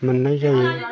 मोननाय जायो